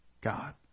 God